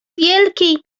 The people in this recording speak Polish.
wielkiej